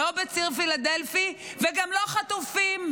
לא בציר פילדלפי וגם לא חטופים,